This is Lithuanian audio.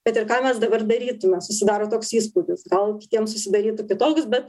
kad ir ką mes dabar darytume susidaro toks įspūdis gal kitiems susidarytų kitoks bet